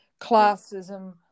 classism